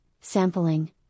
sampling